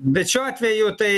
bet šiuo atveju tai